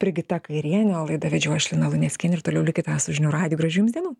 brigita kairienė o laidą vedžiau aš lina luneckienė ir toliau likite su žinių radiju gražių jums dienų